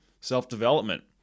self-development